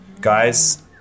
Guys